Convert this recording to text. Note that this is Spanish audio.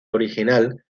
original